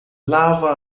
lava